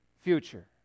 future